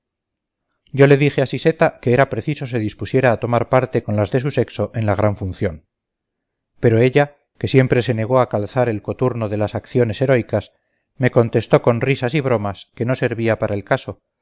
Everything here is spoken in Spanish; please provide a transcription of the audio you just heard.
yo le dije a siseta que era preciso se dispusiera a tomar parte con las de su sexo en la gran función pero ella que siempre se negó a calzar el coturno de las acciones heroicas me contestó con risas y bromas que no servía para el caso